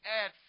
add